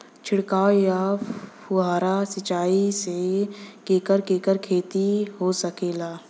छिड़काव या फुहारा सिंचाई से केकर केकर खेती हो सकेला?